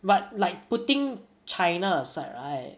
but like putting china aside right